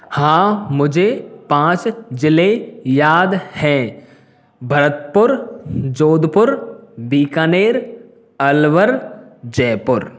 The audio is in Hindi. हाँ मुझे पाँच जिले याद हैं भरतपुर जोधपुर बीकानेर अलवर जयपुर